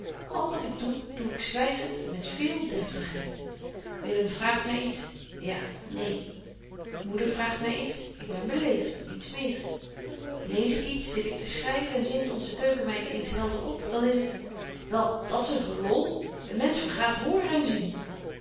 al wat ik doe doe ik zwygent en met veel deftigheid willem vraagt my iets ja neen moeder vraagt my iets ik ben beleeft niets meer lees ik iets zit ik te schryven en zingt onze keukenmeid eens helder op dan is t wel dat's een gelol een mensch vergaat horen en zien